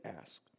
asked